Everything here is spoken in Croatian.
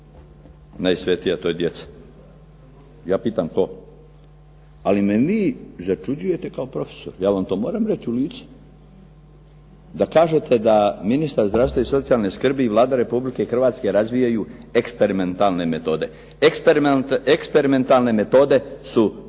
najsvetije, a to je djeca? Ja pitam to. Ali me vi začuđujete kao profesor, ja vam to moram reći u lice. Da kažete da Ministar zdravstva i socijalne skrbi i Vlada Republike Hrvatske razvijaju eksperimentalne metode. Eksperimentalne metode su